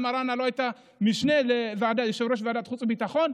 מראענה לא הייתה משנה ליושב-ראש ועדת החוץ והביטחון,